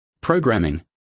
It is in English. Programming